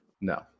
No